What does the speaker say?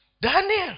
Daniel